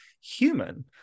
human